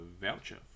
voucher